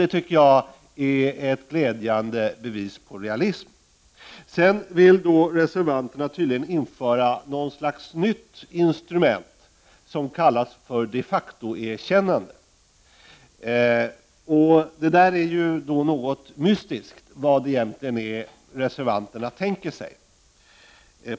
Detta är enligt min uppfattning ett glädjande bevis på realism. Reservanterna vill tydligen införa något slags nytt instrument, kallat de facto-erkännande. Detta är något mystiskt. Vad är det egentligen reservanterna tänker sig?